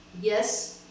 Yes